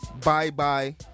bye-bye